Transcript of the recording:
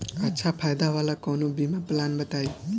अच्छा फायदा वाला कवनो बीमा पलान बताईं?